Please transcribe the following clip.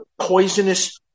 poisonous